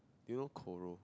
do you know Coro~